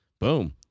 boom